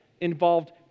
involved